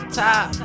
top